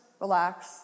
relax